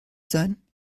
sein